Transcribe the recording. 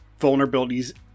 vulnerabilities